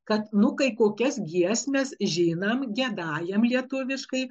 kad nu kai kokias giesmes žinam giedajam lietuviškai